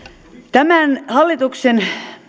tämän hallituksen